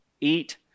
eat